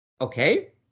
Okay